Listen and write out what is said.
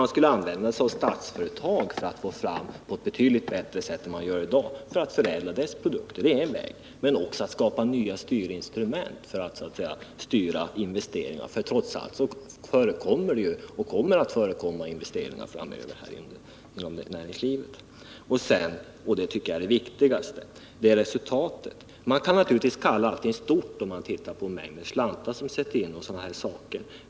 Den ena är att använda sig av Statsföretag AB och på ett betydligt bättre sätt än vad som görs i dag förädla dess produkter. Den andra är att skapa nya styrinstrument, för att styra investeringarna. Trots allt förekommer det —-och kommer framöver att förekomma —-investeringar inom näringslivet. Men det viktigaste tycker jag är resultatet. Man kan naturligtvis kalla det för stora satsningar om man tittar på mängden slantar som sätts in.